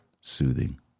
soothing